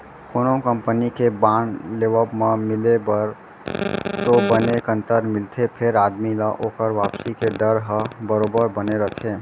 कोनो कंपनी के बांड लेवब म मिले बर तो बने कंतर मिलथे फेर आदमी ल ओकर वापसी के डर ह बरोबर बने रथे